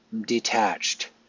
detached